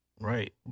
right